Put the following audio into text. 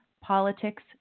politics